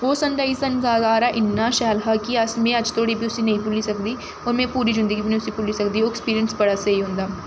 ओह् sunrise सानूं याद आ दा इन्ना शैल हा कि अस में अज्ज धोड़ी बी उस्सी नेईं भुल्ली सकदी होर में पूरी जिंदगी बी निं उस्सी भुल्ली सकदी ओह् अक्सपिरिंस बड़ा स्हेई होंदा